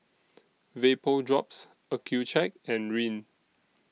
Vapodrops Accucheck and Rene